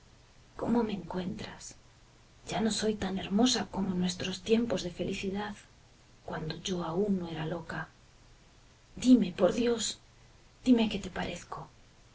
cómo me encuentras ya no soy tan hermosa como en nuestros tiempos de felicidad cuando yo aún no era loca dime por dios dime qué te parezco